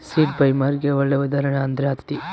seed ಫೈಬರ್ಗೆ ಒಳ್ಳೆ ಉದಾಹರಣೆ ಅಂದ್ರೆ ಹತ್ತಿ